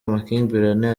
amakimbirane